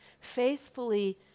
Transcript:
faithfully